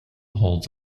holds